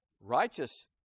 righteous